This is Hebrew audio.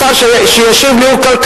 השר שישיב לי הוא כלכלן,